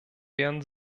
werden